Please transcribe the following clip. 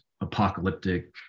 apocalyptic